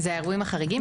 זה האירועים החריגים,